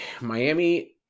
Miami